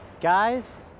Guys